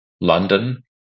London